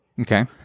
Okay